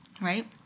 Right